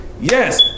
Yes